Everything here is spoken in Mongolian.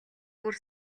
бүр